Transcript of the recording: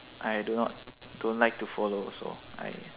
I do not don't like to follow also I